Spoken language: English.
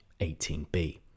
18B